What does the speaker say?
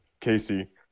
Casey